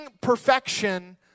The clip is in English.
perfection